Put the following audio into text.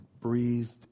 breathed